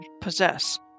possess